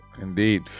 Indeed